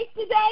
today